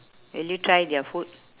will you try their food